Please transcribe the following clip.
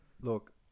Look